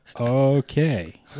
okay